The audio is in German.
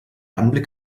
anblick